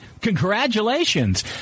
Congratulations